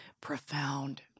profound